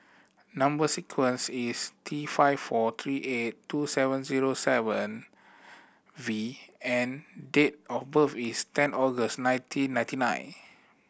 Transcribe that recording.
number sequence is T five four three eight two seven zero seven V and date of birth is ten August nineteen ninety nine